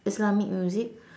islamic music